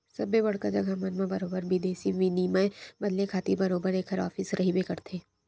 सबे बड़का जघा मन म बरोबर बिदेसी बिनिमय बदले खातिर बरोबर ऐखर ऑफिस रहिबे करथे